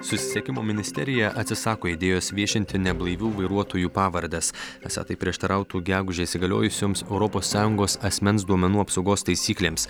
susisiekimo ministerija atsisako idėjos viešinti neblaivių vairuotojų pavardes esą tai prieštarautų gegužę įsigaliojusioms europos sąjungos asmens duomenų apsaugos taisyklėms